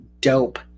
dope